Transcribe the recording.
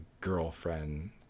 girlfriend